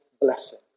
blessing